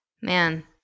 man